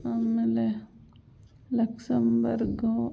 ಆಮೇಲೆ ಲಕ್ಸೆನ್ಬರ್ಗು